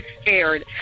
scared